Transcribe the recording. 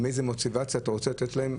איזה מוטיבציה אתה רוצה לתת להם?